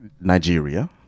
nigeria